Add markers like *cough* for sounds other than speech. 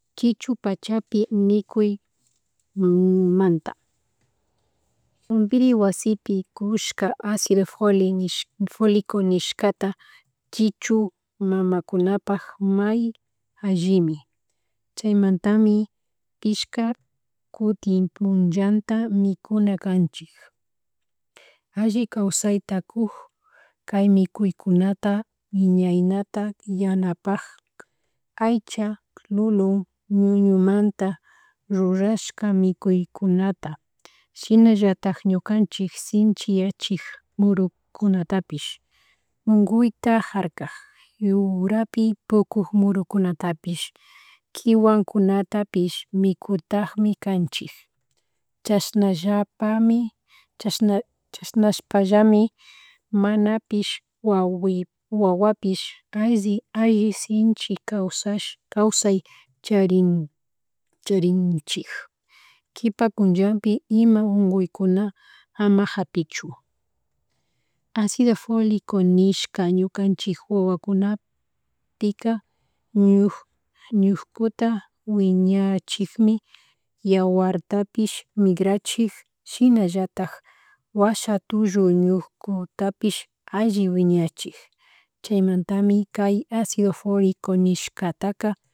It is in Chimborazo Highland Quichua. Chichupachapi humm mikuymanta. Jampoiri wasipi kushak acido foli nish filico nishkata chuchu mamakunapak may allimi, chaymantami ishkantu kutin punllanta mikuna kanchilk alli kawsayta kuk kay mikuykuykunata ñaynata yanapak aycha, lulun, ñuñumanta rrurashka mikuykunata shinallatak ñukanchik sinchiyachik murukunatpish unkuyta jarkak yurapi pukuk murukunatapish kiwankunatapish mikutakmi kanchuk chasnallapami chasnash chanashpallami manapish wawi wawapish *unintelligible* alli sinchi kawsash kawsay charin chanrinchik kipan punllapi ima unkuykuna ama kapichun acido folico nishka ñukanchik wawakunapika ñuk ñukuta wichikmi, yawartapish migrachik shinallatak washa tullu ñukkutapísh alli wiñachik chaymantami kay acido folico nishkataka